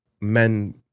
men